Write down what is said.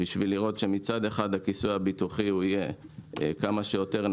בשביל לראות שמצד אחד הכיסוי הביטוחי יהיה כמה שיותר נכון,